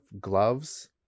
gloves